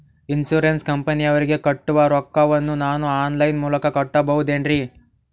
Insurance ಕಂಪನಿಯವರಿಗೆ ಕಟ್ಟುವ ರೊಕ್ಕ ವನ್ನು ನಾನು ಆನ್ ಲೈನ್ ಮೂಲಕ ಕಟ್ಟಬಹುದೇನ್ರಿ?